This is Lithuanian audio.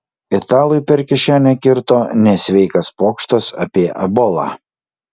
italui per kišenę kirto nesveikas pokštas apie ebolą